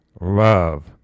love